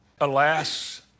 Alas